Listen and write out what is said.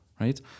right